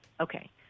Okay